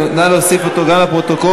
נא להוסיף אותו גם לפרוטוקול.